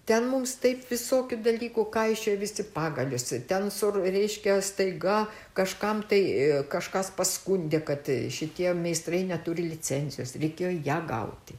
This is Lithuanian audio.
ten mums taip visokių dalykų kaišiojo visi pagalius į ten sor reiškia staiga kažkam tai kažkas paskundė kad šitie meistrai neturi licencijos reikėjo ją gauti